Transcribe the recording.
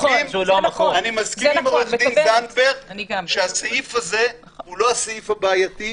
אני מסכים עם עו"ד זנדברג שהסעיף הזה הוא לא הסעיף הבעייתי.